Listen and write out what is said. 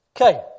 Okay